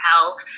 tell